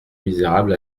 misérable